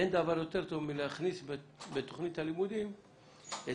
אין דבר יותר טוב מלהכניס בתוכנית הלימודים את